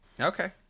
Okay